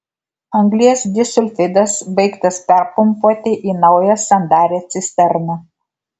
anglies disulfidas baigtas perpumpuoti į naują sandarią cisterną